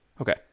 Okay